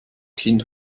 kind